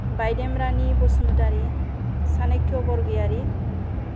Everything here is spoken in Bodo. बायदेम रानि बसुमतारि सानैख्य बरगयारि